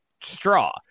straw